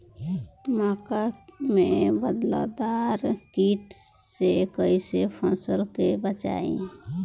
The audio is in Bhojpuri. मक्का में बालदार कीट से कईसे फसल के बचाई?